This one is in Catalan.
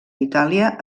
itàlia